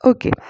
Okay